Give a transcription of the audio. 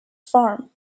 farm